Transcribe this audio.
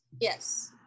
Yes